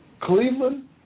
Cleveland